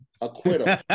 acquittal